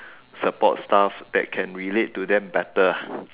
support staff that can relate to them better ah